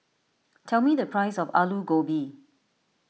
tell me the price of Alu Gobi